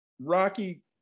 Rocky